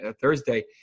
thursday